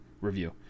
review